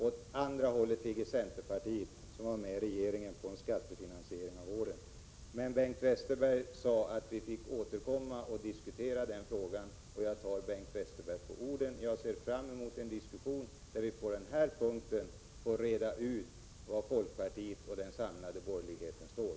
Åt andra hållet går centerpartiet, som var med om regeringens linje för en skattefinansiering av vården. Bengt Westerberg sade att vi skulle återkomma och diskutera denna fråga. Jag tar Bengt Westerberg på orden och ser fram mot en diskussion, där vi på denna punkt får reda ut var folkpartiet och den samlade borgerligheten står.